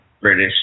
British